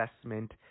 assessment